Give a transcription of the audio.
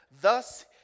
Thus